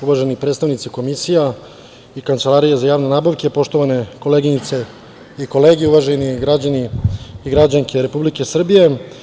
Uvaženi predstavnici komisija i Kancelarija za javne nabavke, poštovane koleginice i kolege, uvaženi građani i građanke Republike Srbije.